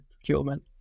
procurement